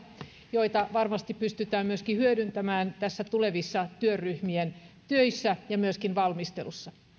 joita varmasti pystytään hyödyntämään tulevissa työryhmien töissä ja myöskin valmistelussa